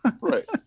Right